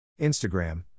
Instagram